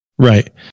Right